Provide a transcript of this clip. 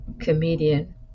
comedian